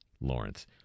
Lawrence